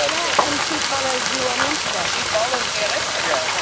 ah yeah and she follows you on insta. she follows me on instagram. yeah.